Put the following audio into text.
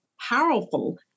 powerful